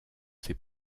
ces